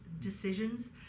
decisions